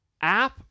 app